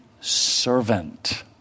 servant